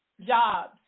jobs